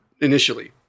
initially